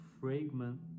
fragment